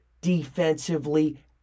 defensively